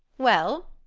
well,